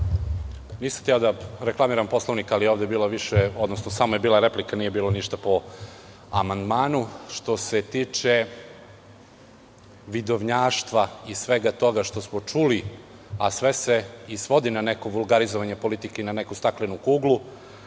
Nisam hteo da reklamiram Poslovnik, ali ovde je bila samo replika, nije bilo ništa po amandmanu. Što se tiče vidovnjaštva i svega toga što smo čuli, a sve se svodi na neko vulgarizovnje politike i na neku staklenu kuglu,